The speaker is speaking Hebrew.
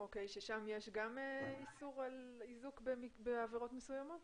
שם יש גם איסור על איזוק בעבירות מסוימות?